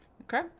Okay